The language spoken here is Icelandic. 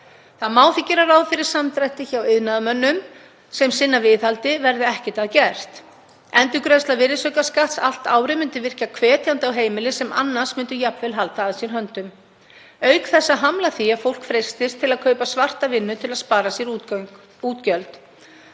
Það má því gera ráð fyrir samdrætti hjá iðnaðarmönnum sem sinna viðhaldi verði ekkert að gert. Endurgreiðsla virðisaukaskatts allt árið myndi virka hvetjandi á heimili sem annars myndu jafnvel halda að sér höndum, auk þess að hamla því að fólk freistist til að kaupa svarta vinnu til að spara sér útgjöld.